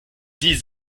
dix